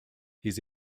his